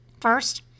First